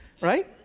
Right